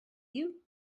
you